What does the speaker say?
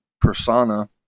persona